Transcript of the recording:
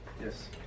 Yes